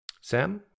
Sam